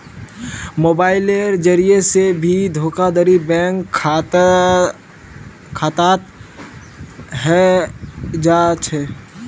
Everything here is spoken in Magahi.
मोबाइलेर जरिये से भी धोखाधडी बैंक खातात हय जा छे